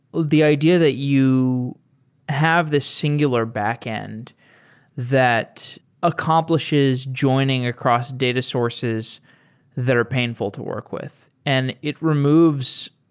the idea that you have this singular backend that accomplishes joining across data sources that are painful to work with and it removes